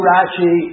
Rashi